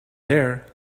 there